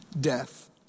death